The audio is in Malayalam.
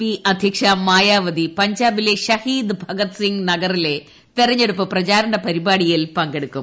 പി അധ്യക്ഷ മായാവതി പഞ്ചാബിലെ ഷഹീദ് ഭഗത്സിംഗ് നഗറിലെ തെരഞ്ഞെടുപ്പ് പ്രചാരണ പരിപാടിയിൽ പങ്കെടുക്കും